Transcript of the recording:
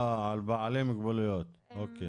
אה, על בעלי מוגבלויות, אוקיי.